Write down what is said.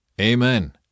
Amen